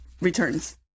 returns